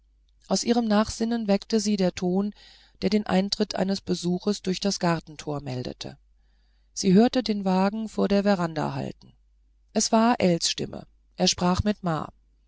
aus ihrem nachsinnen weckte sie der ton der den eintritt eines besuches durch das gartentor meldete sie hörte den wagen vor der veranda halten das war ells stimme er sprach mit